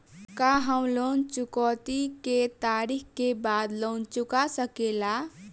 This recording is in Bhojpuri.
का हम लोन चुकौती के तारीख के बाद लोन चूका सकेला?